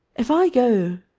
if i go,